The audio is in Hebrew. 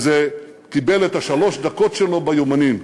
וזה קיבל את שלוש הדקות שלו ביומנים.